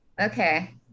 okay